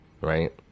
right